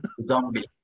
Zombie